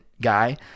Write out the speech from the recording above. guy